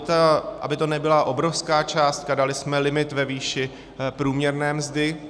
A aby to nebyla obrovská částka, dali jsme limit ve výši průměrné mzdy.